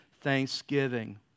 thanksgiving